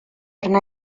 arna